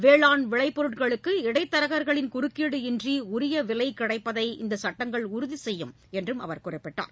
வேளாண் விளைபொருட்களுக்கு இடைத்தரகர்களின் குறுக்கீடு இன்றிஉரியவிலைகிடைப்பதை இந்தசட்டங்கள் உறுதிசெய்யும் அவர் கூறினார்